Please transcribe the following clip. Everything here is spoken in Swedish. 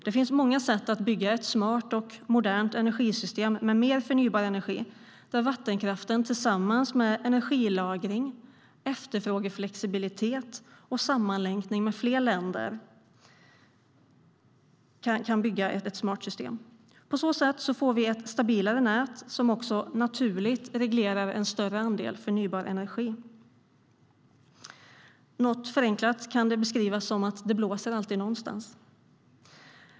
Det finns många sätt att bygga ett smart och modernt energisystem med mer förnybar energi där vattenkraften tillsammans med energilagring, efterfrågeflexibilitet och sammanlänkning med fler länder kan bygga ett smart system. På så sätt får vi ett stabilare nät som också naturligt reglerar en större andel förnybar energi. Något förenklat kan det beskrivas som att det alltid blåser någonstans.